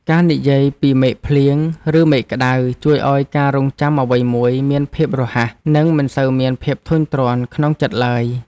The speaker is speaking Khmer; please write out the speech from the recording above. ការនិយាយពីមេឃភ្លៀងឬមេឃក្តៅជួយឱ្យការរង់ចាំអ្វីមួយមានភាពរហ័ស និងមិនសូវមានភាពធុញទ្រាន់ក្នុងចិត្តឡើយ។